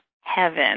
heaven